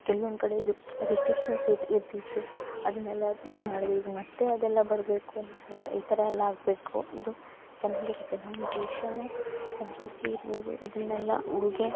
ಕೆಲವೊಂದು ಕಡೆ ಇದು ರಿಸ್ಟ್ರಿಕ್ಷನ್ ಇರ್ತಿತ್ತು ಅದನ್ನೆಲ್ಲ ಇದು ಮಾಡಬೇಕು ಮತ್ತು ಅದೆಲ್ಲ ಬರಬೇಕು ಈ ಥರ ಎಲ್ಲ ಆಗಬೇಕು ಇದು ಚೆನ್ನಾಗಿರುತ್ತೆ ನಮ್ಮ ದೇಶ ಸಂಸ್ಕೃತಿ ಇರ್ಬಹುದು ಇದನೆಲ್ಲ ಉಡುಗೆ